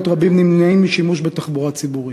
רבים נמנעים משימוש בתחבורה ציבורית.